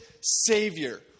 savior